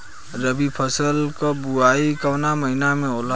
रबी फसल क बुवाई कवना महीना में होला?